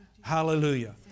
Hallelujah